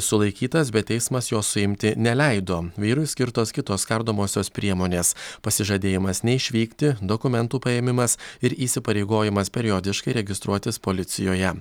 sulaikytas bet teismas jo suimti neleido vyrui skirtos kitos kardomosios priemonės pasižadėjimas neišvykti dokumentų paėmimas ir įsipareigojimas periodiškai registruotis policijoje